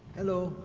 hello,